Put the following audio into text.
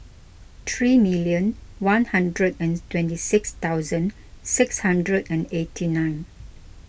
three million one hundred and twenty six thousand six hundred and eighty nine